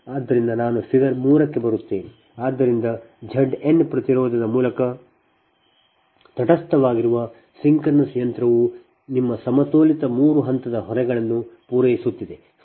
ಆದ್ದರಿಂದ ನಾನು ಫಿಗರ್ 3ಕ್ಕೆ ಬರುತ್ತೇನೆ ಆದ್ದರಿಂದ Z n ಪ್ರತಿರೋಧದ ಮೂಲಕ ತಟಸ್ಥವಾಗಿರುವ ಸಿಂಕ್ರೊನಸ್ ಯಂತ್ರವು ನಿಮ್ಮ ಸಮತೋಲಿತ 3 ಹಂತದ ಹೊರೆಗಳನ್ನು ಪೂರೈಸುತ್ತಿದೆ